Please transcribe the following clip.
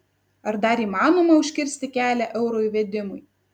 ar dar įmanoma užkirsti kelią euro įvedimui